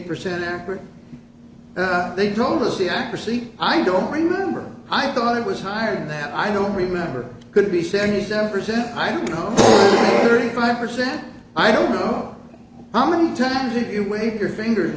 percent accurate they told us the accuracy i don't remember i thought it was higher than that i don't remember going to be seventy seven percent i don't know thirty five percent i don't know how many times you can wave your fingers